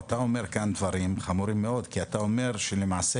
אתה אומר כאן דברים חמורים מאוד כי אתה אומר שלמעשה,